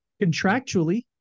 Contractually